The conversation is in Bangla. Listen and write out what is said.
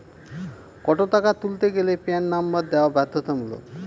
কত টাকা তুলতে গেলে প্যান নম্বর দেওয়া বাধ্যতামূলক?